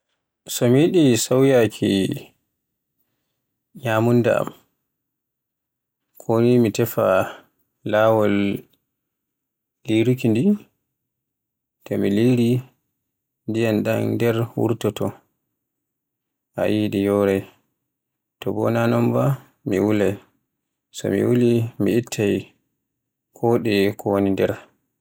So mi yidi sauyaaki ñyamunda am ko mi tefay laawol liruuki ndi. To mi liri ndiyam ɗan nder wurtoto ayi ɗi yoray. Tina non bo mi wulay, so mi wuli mi ittay ko ɗiye ko woni nder.